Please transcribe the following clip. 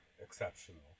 exceptional